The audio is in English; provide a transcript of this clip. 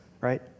right